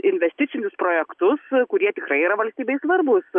investicinius projektus kurie tikrai yra valstybei svarbūs